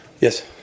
Yes